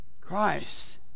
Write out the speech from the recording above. Christ